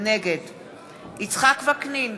נגד יצחק וקנין,